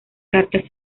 cartas